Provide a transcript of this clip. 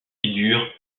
figurent